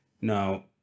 now